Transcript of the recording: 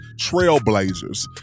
trailblazers